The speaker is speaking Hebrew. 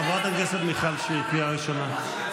חברת הכנסת מיכל שיר, קריאה ראשונה.